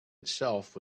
itself